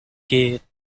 geht